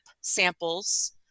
samples